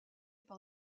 par